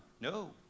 No